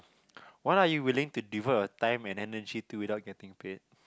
when are you willing to devote your time and energy to without getting paid